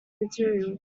material